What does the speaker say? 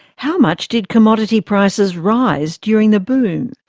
how much did commodity prices rise during the boom?